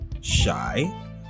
shy